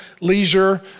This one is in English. leisure